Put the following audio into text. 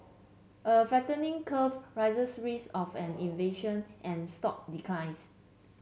a flattening curve raises risk of an inversion and stock declines